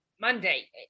Monday